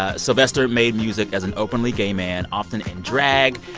ah sylvester made music as an openly gay man, often in drag.